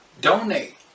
donate